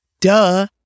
Duh